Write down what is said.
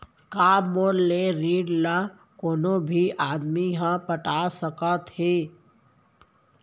का मोर लेहे ऋण ला कोनो भी आदमी ह पटा सकथव हे?